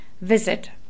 visit